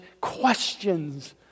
questions